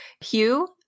Hugh